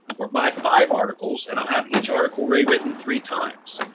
or by five articles, and i'll have each article rewritten three times.